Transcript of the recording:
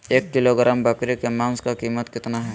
एक किलोग्राम बकरी के मांस का कीमत कितना है?